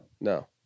no